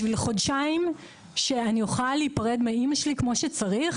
עבור חודשיים שבהם אני אוכל להיפרד מאמא שלי כמו שצריך